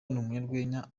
n’umunyarwenya